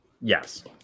Yes